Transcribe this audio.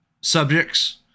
subjects